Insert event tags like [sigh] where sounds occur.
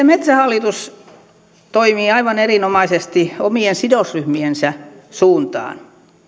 [unintelligible] metsähallitus toimii aivan erinomaisesti omien sidosryhmiensä suuntaan